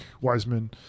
Wiseman